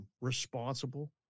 responsible